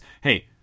hey